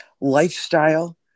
lifestyle